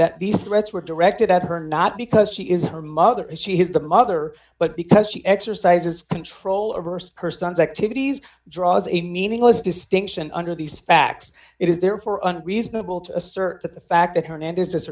that these threats were directed at her not because she is her mother and she has the mother but because she exercises control over her son's activities draws a meaningless distinction under the specs it is therefore unreasonable to assert that the fact that hernandez